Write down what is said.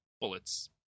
bullets